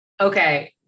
Okay